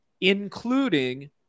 including